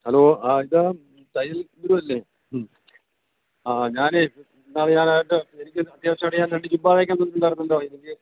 hello ആ ഇത് തയ്യൽ ആ ഞാനേ ഇന്നാൾ ഞാൻ എനിക്ക് അത്യാവശ്യമായിട്ട് ഞാൻ രണ്ട് ജുബ്ബ തയ്ക്കാൻ തന്നിട്ടുണ്ടായിരുന്നല്ലോ എനിക്ക്